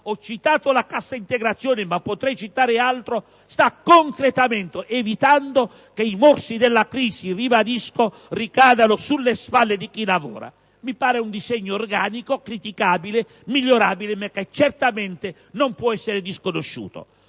ho citato la cassa integrazione ma potrei anche rifermi ad altro: ripeto che si sta concretamente evitando che i morsi della crisi ricadano sulle spalle di chi lavora. Mi pare un disegno organico, criticabile, migliorabile ma che certamente non può essere misconosciuto.